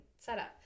setup